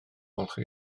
olchi